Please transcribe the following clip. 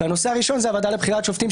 והנושא הראשון זו הוועדה לבחירת שופטים,